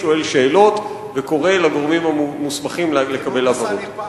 שואל שאלות וקורא לגורמים המוסמכים לקבל הבהרות.